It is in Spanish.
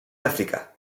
áfrica